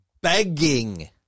begging